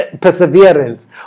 perseverance